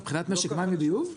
מבחינת משק מים וביוב?